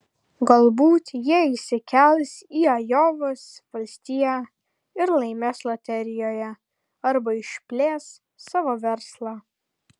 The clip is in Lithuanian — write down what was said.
galbūt jie išsikels į ajovos valstiją ir laimės loterijoje arba išplės savo verslą